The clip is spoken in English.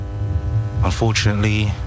Unfortunately